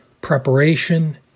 preparation